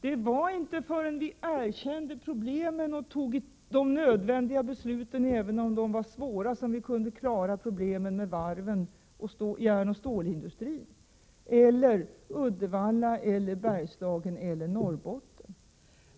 Det var inte förrän vi erkände problemen och fattade de nödvändiga besluten, även om de var svåra, som vi kunde klara problemen med varven och järnoch stålindustrin — Uddevalla, Bergslagen och Norrbotten.